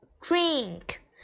drink